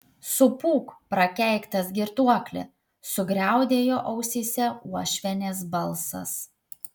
supūk prakeiktas girtuokli sugriaudėjo ausyse uošvienės balsas